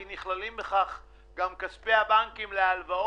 כי נכללים בכך גם כספי הבנקים להלוואות.